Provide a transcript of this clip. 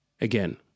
again